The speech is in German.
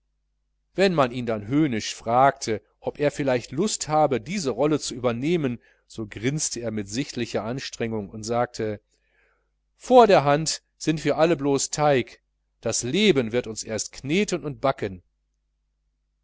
wenn man ihn dann höhnisch fragte ob er vielleicht lust habe diese rolle zu übernehmen so grinste er mit sichtlicher anstrengung und sagte vor der hand sind wir alle blos teig das leben wird uns erst kneten und backen